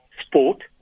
Sport